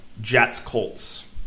Jets-Colts